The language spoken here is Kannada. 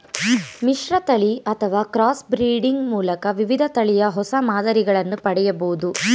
ಮಿಶ್ರತಳಿ ಅಥವಾ ಕ್ರಾಸ್ ಬ್ರೀಡಿಂಗ್ ಮೂಲಕ ವಿವಿಧ ತಳಿಯ ಹೊಸ ಮಾದರಿಗಳನ್ನು ಪಡೆಯಬೋದು